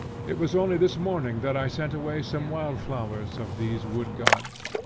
it was only this morning that i sent away some wild flowers of these wood-gods.